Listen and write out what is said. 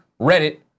Reddit